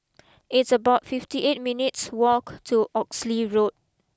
it's about fifty eight minutes walk to Oxley Road